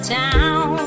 town